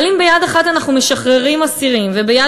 אבל אם ביד אחת אנחנו משחררים אסירים וביד